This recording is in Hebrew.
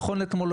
נכון לאתמול,